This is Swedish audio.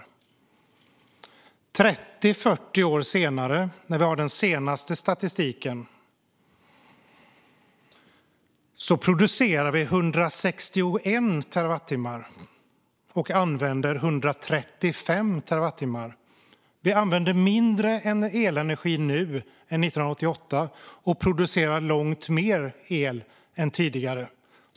Nu, 30-40 år senare, när vi har den senaste statistiken, producerar vi 161 terawattimmar och använder 135 terawattimmar. Vi använder mindre än elenergi nu än 1988 och producerar långt mer el än tidigare.